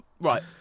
right